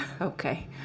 okay